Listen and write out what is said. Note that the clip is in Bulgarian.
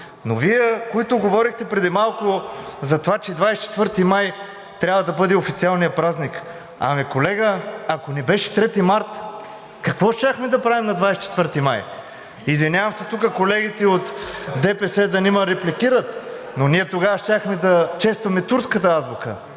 Но Вие, които говорихте преди малко за това, че 24 май трябва да бъде официалният празник, ами, колега, ако не беше 3 март, какво щяхме да правим на 24 май? Извинявам се тук на колегите от ДПС да не ме репликират, но ние тогава щяхме да честваме турската азбука.